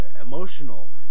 emotional